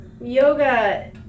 yoga